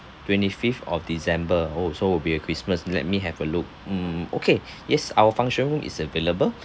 twenty-fifth of december oh so will be a christmas let me have a look mm okay yes our function room is available